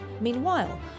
Meanwhile